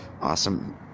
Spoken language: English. awesome